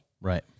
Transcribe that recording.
Right